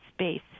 space